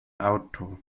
auto